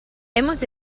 hemos